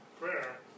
prayer